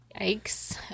yikes